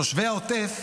תושבי העוטף,